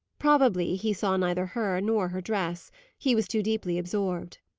probably he saw neither her nor her dress he was too deeply absorbed.